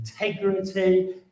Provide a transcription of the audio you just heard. integrity